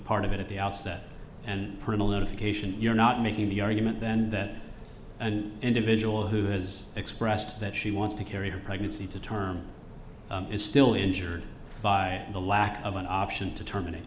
part of it at the outset and parental notification you're not making the argument then that an individual who has expressed that she wants to carry her pregnancy to term is still injured by the lack of an option to term